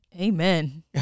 Amen